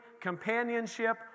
companionship